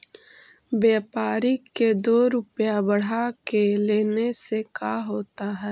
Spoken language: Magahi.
व्यापारिक के दो रूपया बढ़ा के लेने से का होता है?